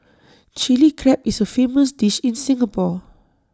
Chilli Crab is A famous dish in Singapore